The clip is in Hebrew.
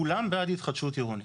כולם בעד התחדשות עירונית,